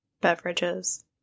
Beverages